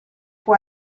può